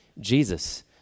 Jesus